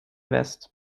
west